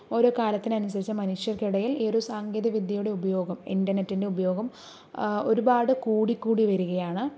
ഓരോ കാലത്തിനനുസരിച്ച് മനുഷ്യർക്കിടയിൽ ഈ ഒരു സാങ്കേതിക വിദ്യയുടെ ഉപയോഗം ഇന്റർനെറ്റിൻ്റെ ഉപയോഗം ഒരുപാട് കൂടി കൂടി വരുകയാണ്